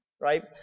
Right